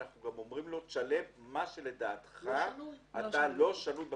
אנחנו גם אומרים לו: תשלם מה שלדעתך לא שנוי במחלוקת.